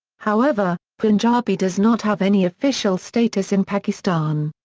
however, punjabi does not have any official status in pakistan.